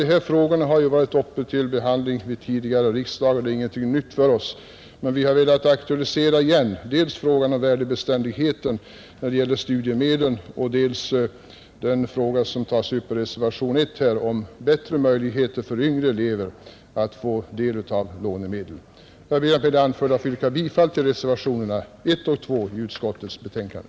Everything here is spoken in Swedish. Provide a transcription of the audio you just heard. Dessa frågor har ju varit uppe till behandling vid tidigare riksdagar, Det är alltså ingenting nytt för oss, men vi har velat aktualisera igen dels frågan om värdebeständigheten när det gäller studiemedlen, dels den fråga som upptas i reservation I om bättre möjligheter för yngre elever att få del av lånemedel. Jag ber att med det anförda få yrka bifall till reservationerna 1 och 2 vid utskottets betänkande.